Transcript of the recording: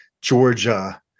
Georgia